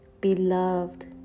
beloved